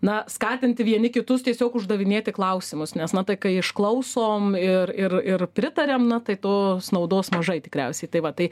na skatinti vieni kitus tiesiog uždavinėti klausimus nes na tai ką išklausom ir ir ir pritariam na tai tos naudos mažai tikriausiai tai va tai